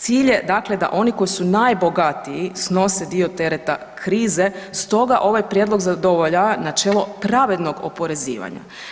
Cilj je dakle da oni koji su najbogatiji snosi dio tereta krize, stoga ovaj prijedlog zadovoljava načelo pravednog oporezivanja.